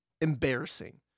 embarrassing